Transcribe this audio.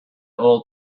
little